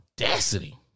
audacity